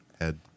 head